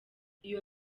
iyo